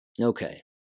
Okay